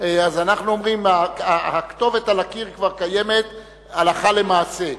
אז אנחנו אומרים: הכתובת על הקיר כבר קיימת הלכה למעשה.